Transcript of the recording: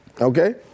Okay